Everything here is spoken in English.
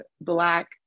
Black